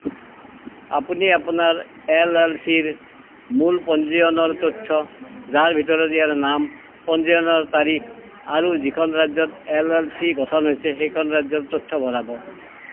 আপুনি আপোনাৰ L L চিৰ মূল পঞ্জীয়নৰ তথ্য যাৰ ভিতৰত ইয়াৰ নাম পঞ্জীয়নৰ তাৰিখ আৰু যিখন ৰাজ্যত এল এল চি গঠন হৈছিল সেইখন ৰাজ্যৰ তথ্য ভৰাব